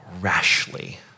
rashly